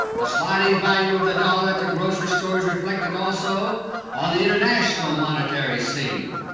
the sliding value of the dollar at the grocery store is reflected also on the international monetary scene.